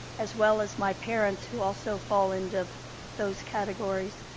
as well as my parents, who also fall into those categories,